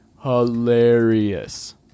hilarious